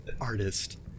artist